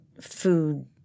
food